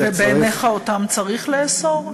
ובעיניך אותם צריך לאסור?